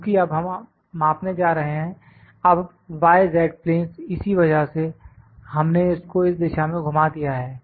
क्योंकि अब हम मापने जा रहे हैं अब y z प्लेंस इसी वजह से हमने इसको इस दिशा में घुमा दिया है